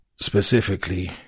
specifically